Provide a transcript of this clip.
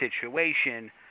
situation